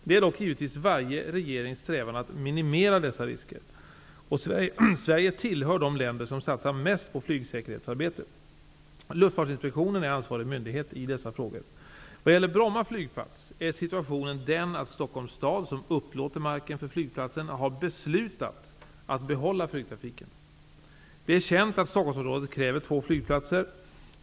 Det är dock givetvis varje regerings strävan att minimera dessa risker, och Sverige tillhör de länder som satsar mest på flygsäkerhetsarbete. Luftfartsinspektionen är ansvarig myndighet i dessa frågor. Vad gäller Bromma flygplats är situationen den att Det är känt att Stockholmsområdet kräver två flygplatser.